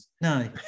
no